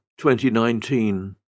2019